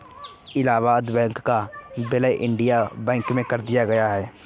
Allahabad bank का विलय Indian bank में कर दिया गया है